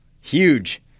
Huge